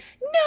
no